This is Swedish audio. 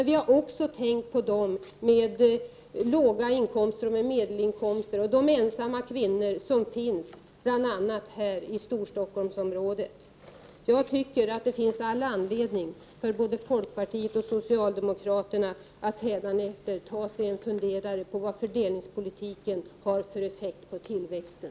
Vi har också tänkt på dem med låga inkomster och medelinkomster och på de ensamma kvinnor som finns bl.a. här i Storstockholmsområdet. Det finns enligt min mening all anledning för både folkpartiet och socialdemokraterna att hädanefter ta sig en funderare på vad fördelningspolitiken har för effekt på tillväxten.